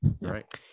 Right